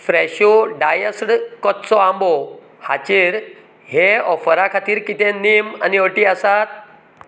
फ्रॅशो diced कच्चो आंबो हाचेर हे ऑफरा खातीर कितें नेम आनी अटी आसात